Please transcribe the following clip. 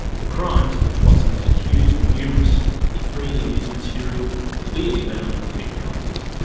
the crimes of which watson was accused were numerous he freely used material clearly bound to offend colleagues,